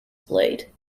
played